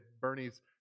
Bernie's